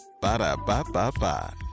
Ba-da-ba-ba-ba